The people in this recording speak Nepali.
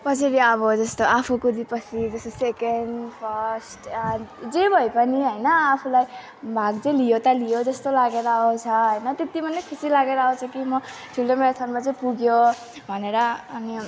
कसरी अब जस्तो आफू कुदेपछि जस्तो सेकेन्ड फर्स्ट जे भए पनि होइन आफूलाई भाग चाहिँ लियो त लियो जस्तो लागेर आउँछ होइन त्यत्तिमा नै खुसी लागेर आउँछ कि म ठुलो म्याराथनमा चाहिँ पुगियो भनेर अनि